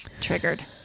triggered